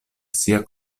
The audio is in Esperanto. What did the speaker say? sia